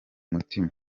mutima